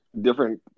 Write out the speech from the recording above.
different